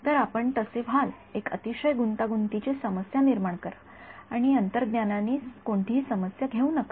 तर आपण तसे व्हाल एक अतिशय गुंतागुंतीची समस्या निर्माण करा आणि अंतर्ज्ञानची कोणतीही समस्या घेऊ नका